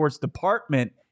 department